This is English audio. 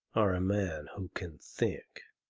are a man who can think.